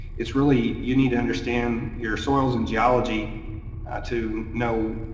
it's really. you need to understand your soils and geology to know.